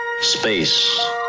Space